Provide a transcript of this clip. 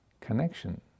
connection